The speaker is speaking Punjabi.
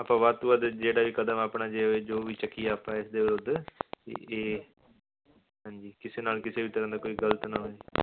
ਆਪਾਂ ਵੱਧ ਤੋਂ ਵੱਧ ਜਿਹੜਾ ਵੀ ਕਦਮ ਆਪਣਾ ਜਿਵੇਂ ਜੋ ਵੀ ਚੱਕੀਏ ਆਪਾਂ ਇਸ ਦੇ ਵਿਰੁੱਧ ਇਹ ਹਾਂਜੀ ਕਿਸੇ ਨਾਲ ਕਿਸੇ ਵੀ ਤਰ੍ਹਾਂ ਦਾ ਕੋਈ ਗਲਤ ਨਾ ਹੋਏ